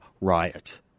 riot